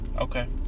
Okay